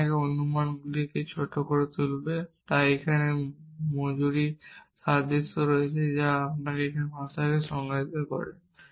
যা আপনাকে অনুমানগুলিকে ছোট করে তুলবে তাই এখানে কিছু মজুরি সাদৃশ্য রয়েছে যা এখানে একটি ভাষাকে সংজ্ঞায়িত করে